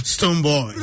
Stoneboy